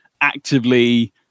actively